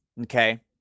okay